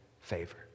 favor